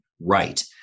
right